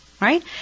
right